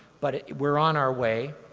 but we're on our way,